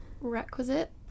requisite